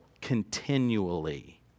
continually